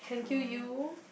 sure